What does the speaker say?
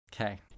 Okay